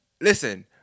listen